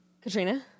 katrina